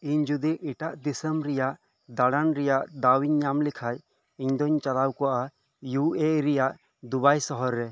ᱤᱧ ᱡᱩᱫᱤ ᱮᱴᱟᱜ ᱫᱤᱥᱚᱢ ᱨᱮᱭᱟᱜ ᱫᱟᱲᱟᱱ ᱨᱮᱭᱟᱜ ᱫᱟᱣ ᱤᱧ ᱧᱟᱢ ᱞᱮᱠᱷᱟᱱ ᱤᱧ ᱫᱚᱧ ᱪᱟᱞᱟᱣ ᱠᱚᱜᱼᱟ ᱤᱭᱩ ᱮ ᱨᱮᱭᱟᱜ ᱫᱩᱵᱟᱭ ᱥᱚᱦᱚᱨ ᱨᱮ